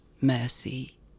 mercy